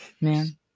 man